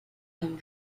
and